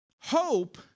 Hope